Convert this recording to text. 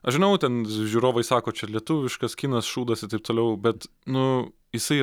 aš žinau ten žiūrovai sako čia lietuviškas kinas šūdas ir taip toliau bet nu jisai